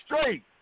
straight